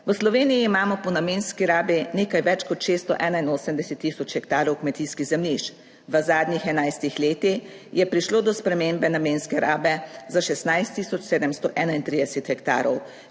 V Sloveniji imamo po namenski rabi nekaj več kot 681 tisoč hektarov kmetijskih zemljišč. V zadnjih enajstih letih je prišlo do spremembe namenske rabe za 16 tisoč 731 hektarov.